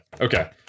Okay